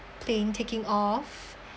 plane taking off